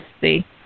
see